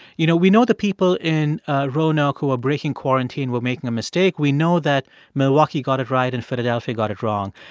you know, we know the people in roanoke who were breaking quarantine were making a mistake. we know that milwaukee got it right and philadelphia got it wrong.